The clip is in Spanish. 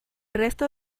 resto